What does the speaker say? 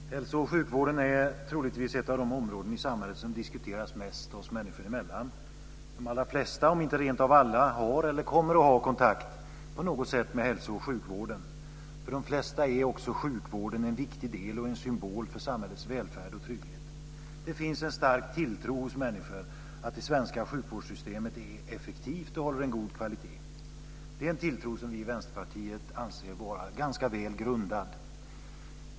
Fru talman! Hälso och sjukvården är troligtvis ett av de områden i samhället som diskuteras mest oss människor emellan. De allra flesta, om inte rentav alla, har eller kommer att ha kontakt på något sätt med hälso och sjukvården. För de flesta är också sjukvården en viktig del och en symbol för samhällets välfärd och trygghet. Det finns en stark tilltro hos människor till att det svenska sjukvårdssystemet är effektivt och håller en god kvalitet. Det är en tilltro som vi i Vänsterpartiet anser vara ganska väl grundad.